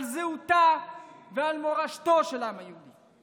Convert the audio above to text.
על זהותו ועל מורשתו של העם היהודי.